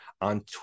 on